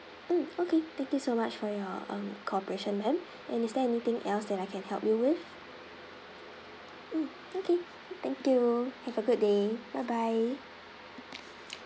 mm okay thank you so much for your um cooperation ma'am and is there anything else that I can help you with mm okay thank you have a good day bye bye